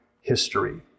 history